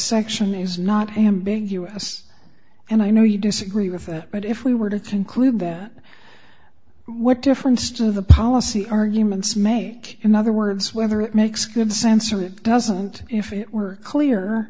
section is not ham big us and i know you disagree with that but if we were to include that what difference to the policy arguments make in other words whether it makes good sense or it doesn't if it were clear